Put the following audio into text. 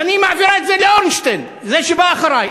אז אני מעבירה את זה לאורנשטיין, זה שבא אחרי.